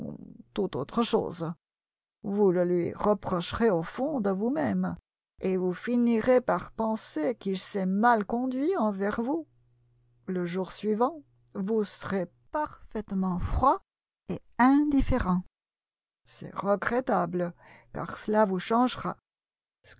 toute autre chose vous le lui reprocherez au fond de vous-même et finirez par penser qu'il s'est mal conduit envers vous le jour suivant vous serez parfaitement froid et indifférent c'est regrettable car cela vous changera